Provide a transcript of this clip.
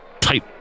type